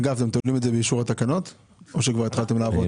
אגב, זה באישור התקנות או שכבר התחלתם לעבוד?